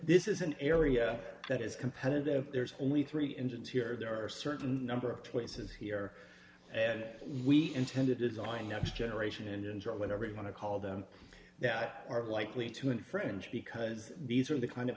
this is an area that is competitive there's only three engines here there are certain number of places here that we intend to design next generation and enjoy whatever you want to call them that are likely to infringe because these are the kind of